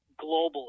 globally